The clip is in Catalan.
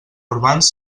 urbans